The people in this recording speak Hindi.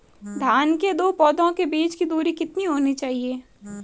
धान के दो पौधों के बीच की दूरी कितनी होनी चाहिए?